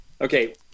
Okay